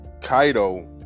Kaido